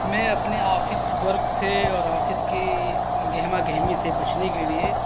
میں اپنے office work سے اور آفس کی گہما گہمی سے بچنے کے لیے